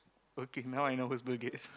okay now I know who's Bill-Gates